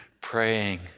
praying